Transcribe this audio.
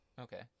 Okay